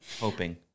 Hoping